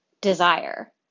desire